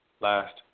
last